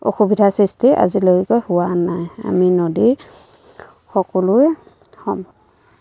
অসুবিধাৰ সৃষ্টি আজিলৈকৈ হোৱা নাই আমি নদীৰ সকলোৱে স